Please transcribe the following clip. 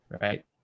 right